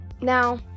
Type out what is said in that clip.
now